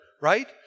right